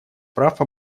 прав